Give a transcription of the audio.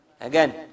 Again